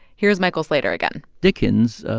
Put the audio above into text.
here's michael slater again dickens,